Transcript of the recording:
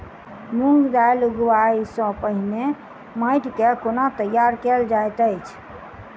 मूंग दालि केँ उगबाई सँ पहिने माटि केँ कोना तैयार कैल जाइत अछि?